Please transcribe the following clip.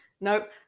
Nope